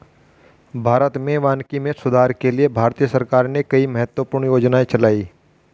भारत में वानिकी में सुधार के लिए भारतीय सरकार ने कई महत्वपूर्ण योजनाएं चलाई